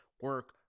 Work